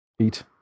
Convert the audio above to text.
eat